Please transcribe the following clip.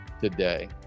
today